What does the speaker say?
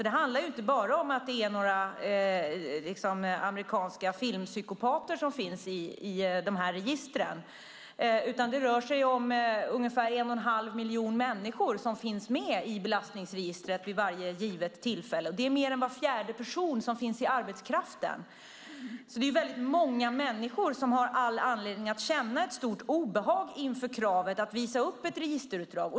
Det handlar ju inte om några amerikanska filmpsykopater som finns i dessa register, utan det rör sig om ungefär en och en halv miljon människor som finns i belastningsregistret vid varje givet tillfälle. Det är mer än var fjärde person som finns i arbetskraften. Det är alltså många människor som har all anledning att känna ett stort obehag inför kravet att visa upp ett registerutdrag.